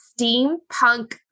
Steampunk